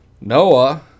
Noah